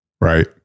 Right